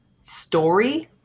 story